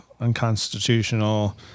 unconstitutional